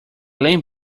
lame